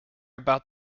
about